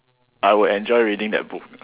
I would enjoy reading that book